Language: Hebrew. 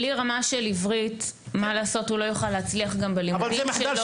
בלי רמה של עברית הוא לא יוכל להצליח גם בלימודים שלו.